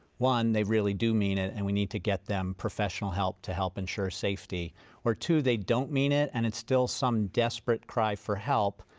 one they really do mean it and we need to get them professional help to help ensure safety or two they don't mean it and it's still some desperate cry for help.